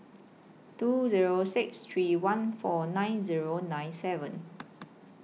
two Zero six three one four nine Zero nine seven